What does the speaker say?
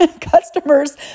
customers